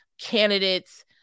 candidates